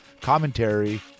commentary